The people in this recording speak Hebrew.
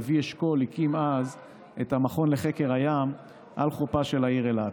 לוי אשכול הקים אז את המכון לחקר הים על חופה של העיר אילת.